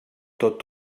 tot